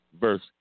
verse